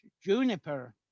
juniper